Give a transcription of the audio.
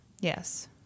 Yes